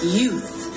youth